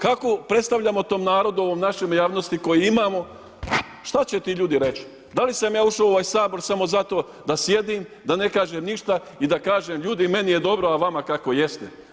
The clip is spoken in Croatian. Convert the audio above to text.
Kako predstavljamo tom narodu ovom našem i javnosti koji imamo, što će ti ljudi reći da li sam ja ušao u ovaj Sabor samo zato da sjedim, da ne kažem ništa i da kažem ljudi meni je dobro a vama kako jeste?